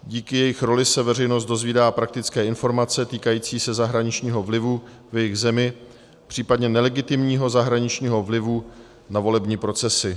Díky jejich roli se veřejnost dozvídá praktické informace týkající se zahraničního vlivu v jejich zemi, případně nelegitimního zahraničního vlivu na volební procesy.